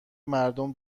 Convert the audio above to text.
مردم